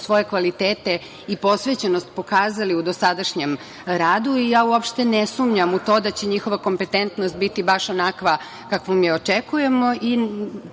svoje kvalitete i posvećenost pokazali u dosadašnjem radu i ja uopšte ne sumnjam u to da će njihova kompetentnost biti baš onakva kakvom je očekujemo.